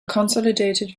consolidated